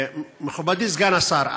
מכובדי סגן השר,